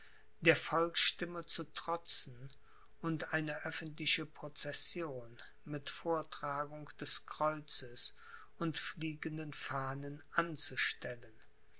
der volksstimme zu trotzen und eine öffentliche procession mit vortragung des kreuzes und fliegenden fahnen anzustellen